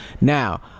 Now